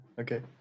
Okay